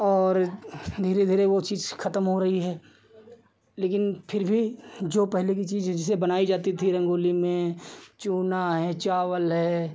और धीरे धीरे वह चीज़ ख़त्म हो रही है लेकिन फिर भी जो पहले की चीज़ जैसे बनाई जाती थी रंगोली में चूना है चावल है